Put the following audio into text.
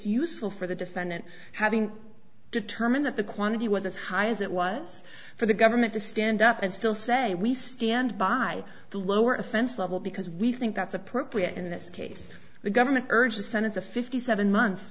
useful for the defendant having determined that the quantity was as high as it was for the government to stand up and still say we stand by the lower offense level because we think that's appropriate in this case the government urge the senate to fifty seven months